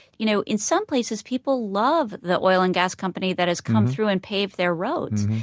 you know in some places, people love the oil and gas company that has come through and paved their roads.